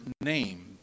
name